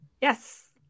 Yes